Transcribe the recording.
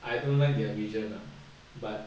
I don't like their vision ah but